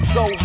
go